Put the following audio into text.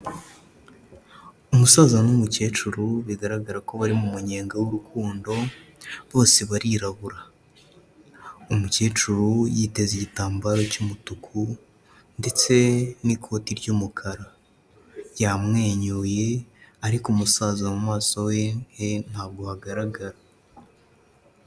Umusaza n'umukecuru bigaragara ko bari mu munyenga w'urukundo bose barirabura, umukecuru yiteze igitambaro cy'umutuku ndetse n'ikoti ry'umukara. yamwenyuye ariko umusaza mu maso he ntabwo hagaragara.